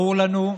ברור לנו,